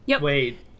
Wait